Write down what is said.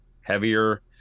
heavier